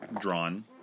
drawn